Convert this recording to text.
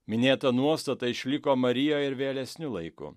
minėta nuostata išliko marijoj ir vėlesniu laiku